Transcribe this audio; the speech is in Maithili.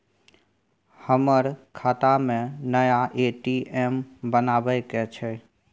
हमर खाता में नया ए.टी.एम बनाबै के छै?